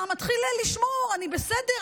אתה מתחיל לשמור: אני בסדר,